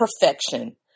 perfection